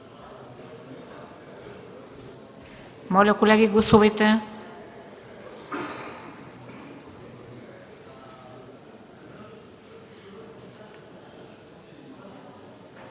Моля, колеги, гласувайте.